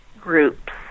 groups